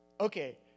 okay